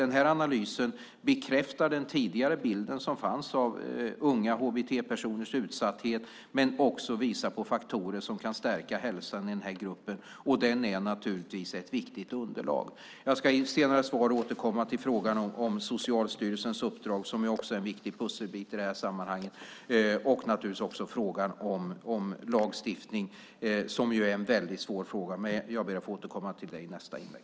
Analysen bekräftar den tidigare bild som fanns av unga hbt-personers utsatthet. Men den visar också på faktorer som kan stärka hälsan i den här gruppen. Den är naturligtvis ett viktigt underlag. Jag ska återkomma till Socialstyrelsens uppdrag, som är en viktig pusselbit i sammanhanget, och också till frågan om lagstiftning, som är en väldigt svår fråga. Jag ber att få återkomma i nästa inlägg.